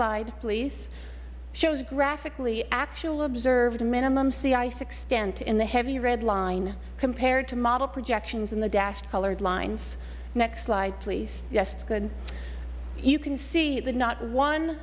please shows graphically actual observed minimum sea ice extent in the heavy red line compared to model projections in the dash colored lines next slide please yes good you can see that not one